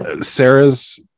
Sarah's